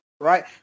right